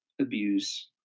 abuse